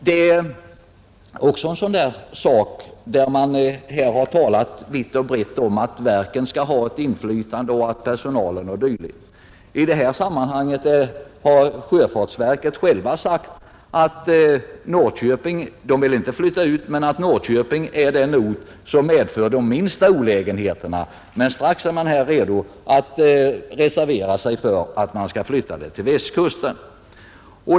Det har talats vitt och brett om att verken och deras personal skall ha ett inflytande. I detta sammanhang har sjöfartsverket självt sagt att man inte vill flytta ut men att Norrköping medför de minsta olägenheterna. Men strax är reservanterna redo att föreslå att verket skall flyttas till Västkusten.